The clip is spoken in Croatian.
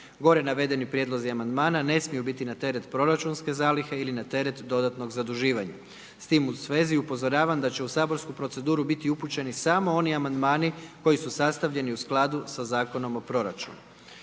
Gore navedeni prijedlozi amandmana ne smiju biti na teret proračunske zalihe ili na teret dodatnog zaduživanja. S tim u svezi upozoravam da će u saborsku proceduru biti upućeni samo oni amandmani koji su sastavljeni u skladu sa Zakonom o proračunu.